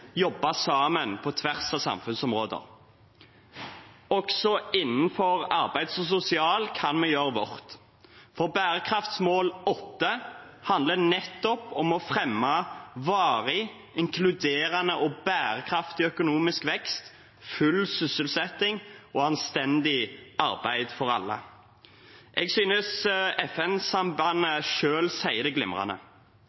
jobbe sammen på tvers av samfunnsområder. Også innenfor arbeids- og sosialområdet kan vi gjøre vårt, for bærekraftsmål 8 handler nettopp om å fremme varig, inkluderende og bærekraftig økonomisk vekst, full sysselsetting og anstendig arbeid for alle. Jeg synes